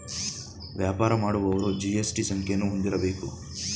ವ್ಯಾಪಾರ ಮಾಡುವವರು ಜಿ.ಎಸ್.ಟಿ ಸಂಖ್ಯೆಯನ್ನು ಹೊಂದಿರಬೇಕು